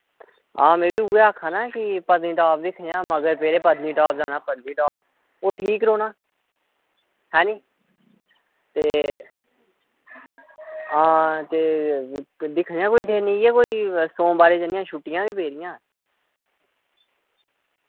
आं में बी उऐ आक्खाना कि इंया मगर पेदे कि पत्नीटॉप जाना पत्नीटॉप ओह् ठीक रौह्ना आं ऐनी ते आं ते दिक्खनै आं कोई इयै कोई सोमवारें दिक्खनै आं कोई छुट्टियां गै पेदियां